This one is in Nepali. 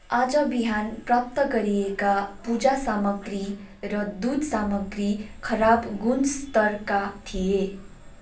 आज बिहान प्राप्त गरिएका पूजा सामीग्री र दुध सामाग्री खराब गुणस्तरका थिए